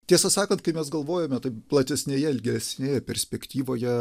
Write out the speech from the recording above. tiesą sakant kai mes galvojame tai platesnėje ilgesnėje perspektyvoje